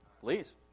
Please